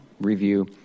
review